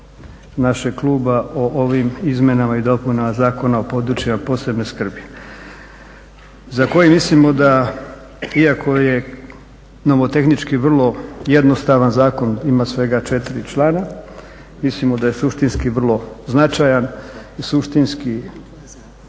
našeg kluba o ovim izmjenama i dopunama Zakona o područjima posebne skrbi za koji mislimo da iako je nomotehnički vrlo jednostavan zakon, ima svega 4 člana, mislimo da je suštinski vrlo značajan i suštinski